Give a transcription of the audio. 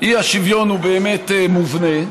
האי-שוויון הוא מובנה,